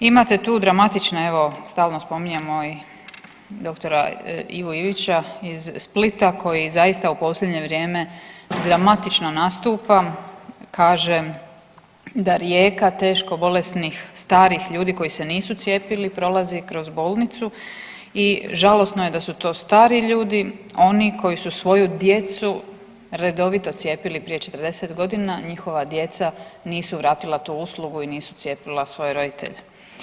Imate tu dramatične evo stalno spominjemo i dr. Ivu Ivića iz Splita koji zaista u posljednje vrijeme dramatično nastupa, kaže da rijeka teško bolesnih starih ljudi koji se nisu cijepili prolazi kroz bolnicu i žalosno je da su to stari ljudi, oni koji su svoju djecu redovito cijepili prije 40.g., njihova djeca nisu vratila tu uslugu i nisu cijepila svoje roditelje.